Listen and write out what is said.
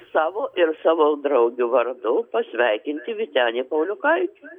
savo ir savo draugių vardu pasveikinti vytenį pauliukaitį